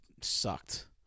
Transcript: sucked